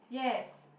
yes